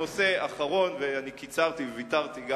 הנושא האחרון, וקיצרתי וגם ויתרתי,